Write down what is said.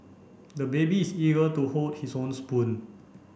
the baby is eager to hold his own spoon